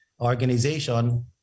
organization